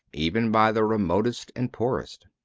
even by the remotest and poorest.